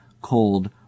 cold